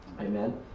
Amen